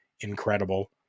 incredible